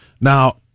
now